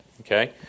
okay